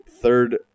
third